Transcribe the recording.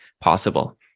possible